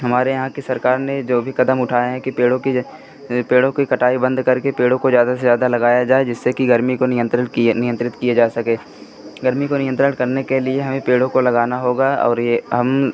हमारे यहाँ की सरकार ने जो भी क़दम उठाएँ हैं कि पेड़ों की यह पेड़ों की कटाई बंद करके पेड़ों को ज़्यादा से ज़्यादा लगाया जाए जिससे कि गर्मी को नियंत्रण किए नियंत्रित किया जा सके गर्मी को नियंत्रण करने के लिए हमें पेड़ों को लगाना होगा और यह हम